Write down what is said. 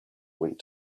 went